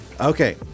Okay